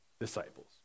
disciples